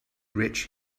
rich